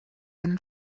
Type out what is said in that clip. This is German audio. einen